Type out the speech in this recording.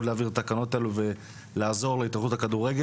להעביר את התקנות האלו ולעזור להתאחדות לכדורגל.